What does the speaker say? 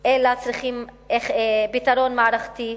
אלא צריכים פתרון מערכתי.